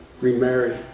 remarry